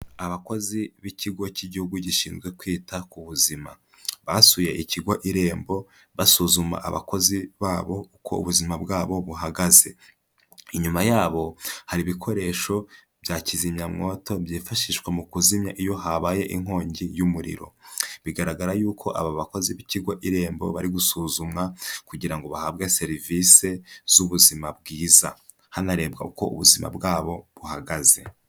Abakozi b'ikigo cy'igihugu gishinzwe kwita ku buzima. Basuye ikigo Irembo, basuzuma abakozi babo uko ubuzima bwabo buhagaze. Inyuma yabo hari ibikoresho bya kizimyamwoto byifashishwa mu kuzimya iyo habaye inkongi y'umuriro. Bigaragara yuko aba bakozi b'ikigo Irembo bari gusuzumwa kugira ngo bahabwe serivise z'ubuzima bwiza, hanarebwa uko ubuzima bwabo buhagaze.